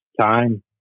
time